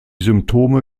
symptome